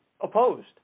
opposed